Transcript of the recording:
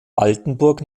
altenburg